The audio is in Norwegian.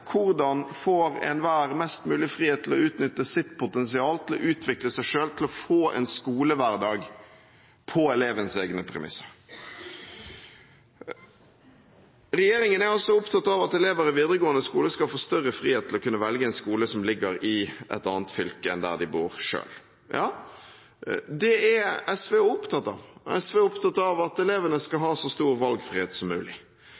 Hvordan får enhver mest mulig frihet til å utnytte sitt potensial, til å utvikle seg selv, til å få en skolehverdag på elevens egne premisser. Regjeringen er opptatt av at elever i videregående skole skal få større frihet til å kunne velge en skole som ligger i et annet fylke enn det som de bor i. Ja, det er SV også opptatt av. SV er opptatt av at elevene skal ha så stor valgfrihet som mulig.